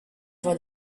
for